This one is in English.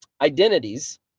identities